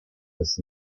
des